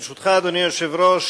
ברשותך, אדוני היושב-ראש,